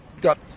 got